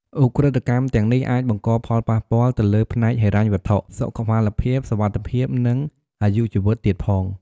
ឧក្រិដ្ឋកម្ម ទាំងនេះអាច បង្កផលប៉ះពាល់ ទៅលើ ផ្នែកហិរញ្ញវត្ថុ សុខមាលភាព សុវត្ថិភាព និង អាយុជីវិត ទៀតផង។